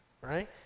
right